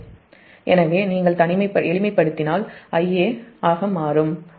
எனவே நீங்கள் எளிமைப்படுத்தினால் Ia ஆக மாறும் ஒரு யூனிட்டுக்கு j0